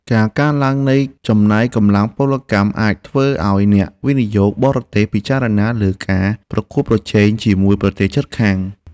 ការកើនឡើងនៃចំណាយកម្លាំងពលកម្មអាចធ្វើឱ្យអ្នកវិនិយោគបរទេសពិចារណាលើការប្រកួតប្រជែងជាមួយប្រទេសជិតខាង។